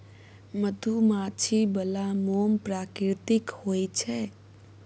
मधुमाछी बला मोम प्राकृतिक होए छै